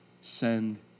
send